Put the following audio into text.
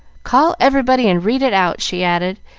call everybody and read it out, she added,